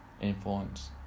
influence